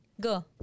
Go